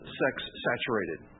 sex-saturated